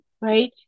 right